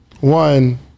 One